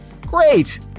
great